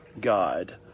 God